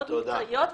מאוד מקצועיות,